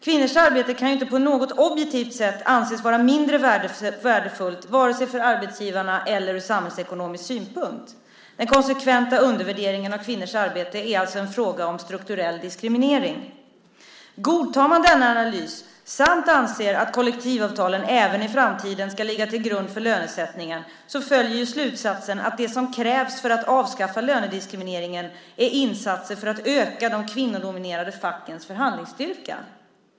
Kvinnors arbete kan ju inte på något objektivt sätt anses vara mindre värdefullt vare sig för arbetsgivarna eller ur samhällsekonomisk synpunkt. Den konsekventa undervärderingen av kvinnors arbete är alltså en fråga om strukturell diskriminering. Godtar man denna analys samt anser att kollektivavtalen även i framtiden ska ligga till grund för lönesättningen så följer slutsatsen att det som krävs för att avskaffa lönediskrimineringen är insatser för att öka de kvinnodominerade fackens förhandlingsstyrka.